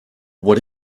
what